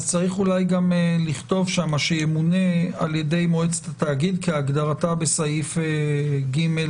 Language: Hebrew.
צריך אולי גם לכתוב שם שימונה על ידי מועצת התאגיד כהגדרתה בסעיף (ג).